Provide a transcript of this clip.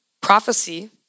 Prophecy